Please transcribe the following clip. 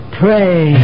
pray